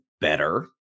better